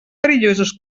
perillosos